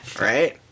right